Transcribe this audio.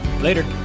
Later